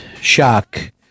shock